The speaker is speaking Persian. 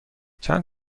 چند